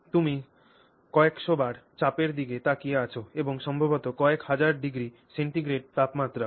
তুমি কয়েকশো বার চাপের দিকে তাকিয়ে আছ এবং সম্ভবত কয়েক হাজার ডিগ্রি সেন্টিগ্রেড তাপমাত্রাও